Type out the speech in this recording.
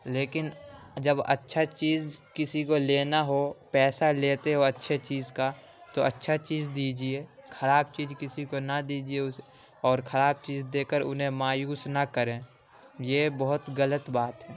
لیکن جب اچھا چیز کسی کو لینا ہو پیسہ لیتے ہو اچھے چیز کا تو اچھا چیز دیجیئے کھراب چیز کسی کو نہ دیجیئے اور کھراب چیز دے کر انہیں مایوس نہ کریں یہ بہت غلط بات ہے